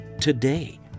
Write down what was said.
today